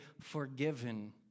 forgiven